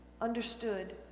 understood